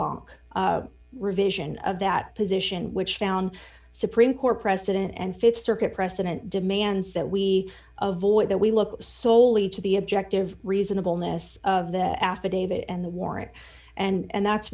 ball revision of that position which found supreme court precedent and th circuit precedent demands that we avoid that we look soley to the objective reasonableness of the affidavit and the warrant and that's